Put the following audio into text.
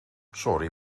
sorry